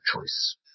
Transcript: choice